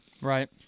Right